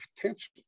potential